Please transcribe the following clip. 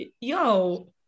Yo